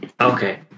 Okay